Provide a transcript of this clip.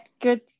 Good